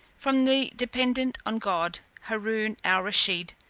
from the dependent on god, haroon al rusheed,